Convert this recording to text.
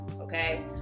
okay